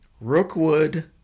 Rookwood